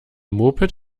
moped